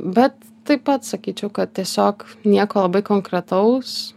bet taip pat sakyčiau kad tiesiog nieko labai konkretaus